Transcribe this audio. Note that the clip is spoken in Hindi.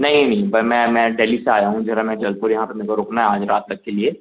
नहीं नहीं मैं मैं डेल्ली से आया हूँ ज़रा में जलपुर यहाँ पर मे को रुकना है आज रात तक के लिए